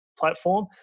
platform